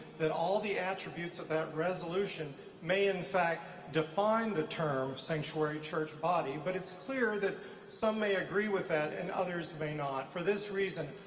that all the attributes of that resolution may in fact define the term sanctuary church body, but it's clear that some may agree with that, and others may not. for this reason,